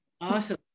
Awesome